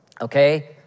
okay